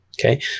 okay